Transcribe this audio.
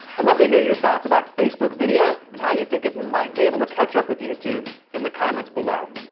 i'd love to hear your thoughts about facebook video and how you think it might be able to catch up with youtube in the comments below.